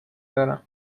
دارم